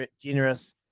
generous